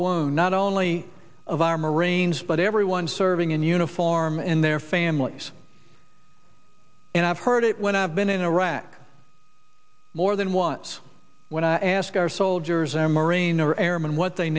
lou not only of our marines but everyone serving in uniform and their families and i've heard it when i've been in iraq more than once when i ask our soldiers our marine or airman what they